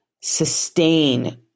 sustain